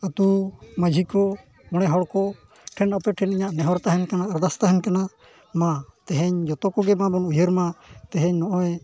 ᱟᱹᱛᱩ ᱢᱟᱺᱡᱷᱤ ᱠᱚ ᱢᱚᱬᱮ ᱦᱚᱲ ᱠᱚᱴᱷᱮᱱ ᱟᱯᱮᱴᱷᱮᱱ ᱤᱧᱟᱹᱜ ᱱᱮᱦᱚᱨ ᱛᱟᱦᱮᱱ ᱠᱟᱱᱟ ᱟᱨᱫᱟᱥ ᱛᱟᱦᱮᱱ ᱠᱟᱱᱟ ᱢᱟ ᱛᱮᱦᱮᱧ ᱡᱚᱛᱚ ᱠᱚᱜᱮ ᱢᱟᱵᱚᱱ ᱩᱭᱦᱟᱹᱨᱢᱟ ᱛᱮᱦᱮᱧ ᱱᱚᱜᱼᱚᱭ